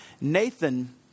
Nathan